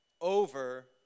over